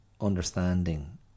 understanding